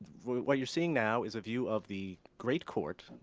what you're seeing now is a view of the great court,